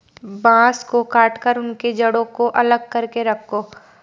बांस को काटकर उनके जड़ों को अलग करके रखो